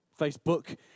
Facebook